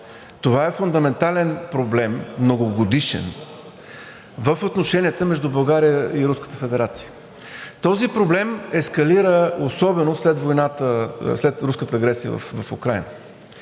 Това е фундаментален проблем, многогодишен, в отношенията между България и Руската федерация. Този проблем ескалира особено след руската агресия в Украйна.